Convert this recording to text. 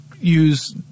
use